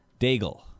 Daigle